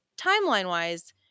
timeline-wise